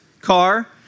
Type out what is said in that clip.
car